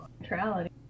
neutrality